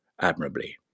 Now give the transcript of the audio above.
admirably